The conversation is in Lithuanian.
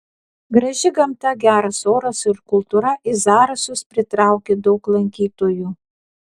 graži gamta geras oras ir kultūra į zarasus pritraukė daug lankytojų